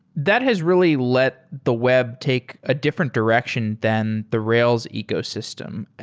that has really let the web take a different direction than the rails ecosystem.